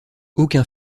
aucun